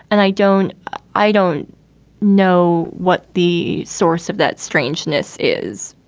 and i don't i don't know what the source of that strangeness is.